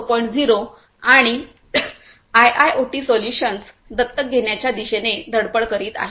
0 आणि IIoT solutions दत्तक घेण्याच्या दिशेने धडपड करीत आहेत